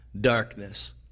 darkness